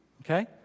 okay